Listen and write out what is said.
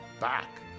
back